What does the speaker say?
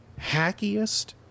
hackiest